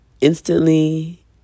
instantly